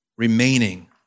remaining